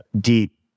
deep